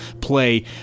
play